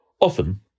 Often